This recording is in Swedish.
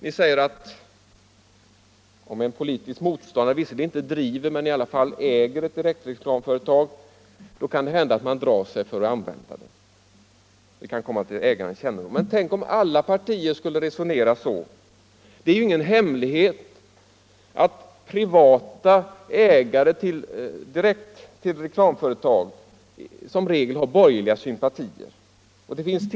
Ni säger att om en politisk motståndare visserligen inte driver men i alla fall äger ett direktreklamföretag, kan det hända att man drar sig för att använda det. Det kan komma till ägarens kännedom. Tänk om alla partier skulle resonera så! Det är ju ingen hemlighet att privata ägare till reklamföretagen som regel har borgerliga sympatier. Det finns t.